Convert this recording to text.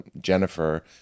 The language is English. jennifer